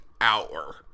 hour